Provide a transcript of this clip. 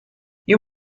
you